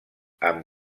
amb